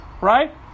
right